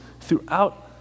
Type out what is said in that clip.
throughout